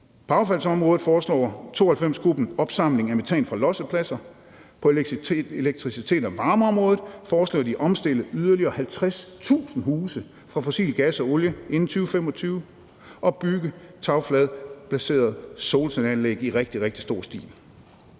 affaldsområdet foreslår 92-Gruppen opsamling af metan fra lossepladser. På elektricitet- og varmeområdet foreslår gruppen at omstille yderligere 50.000 huse fra fossil gas og olie inden 2025 og at bygge tagfladebaseret solcelleanlæg i rigtig, rigtig